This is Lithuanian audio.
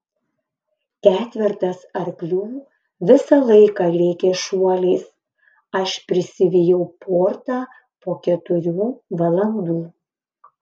ketvertas arklių visą laiką lėkė šuoliais aš prisivijau portą po keturių valandų